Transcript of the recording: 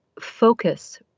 focus